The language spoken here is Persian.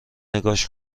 نگاش